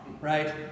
right